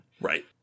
Right